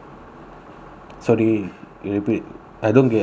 sorry repeat I don't get I don't get it